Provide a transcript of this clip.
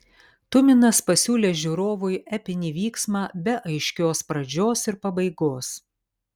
tuminas pasiūlė žiūrovui epinį vyksmą be aiškios pradžios ir pabaigos